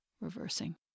reversing